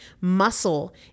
Muscle